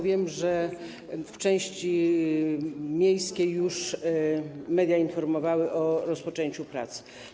Wiem, że w części miejskiej media informowały już o rozpoczęciu prac.